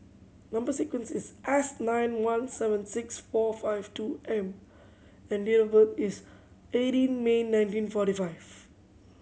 number sequence is S nine one seven six four five two M and date of birth is eighteen May nineteen forty five